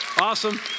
Awesome